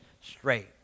straight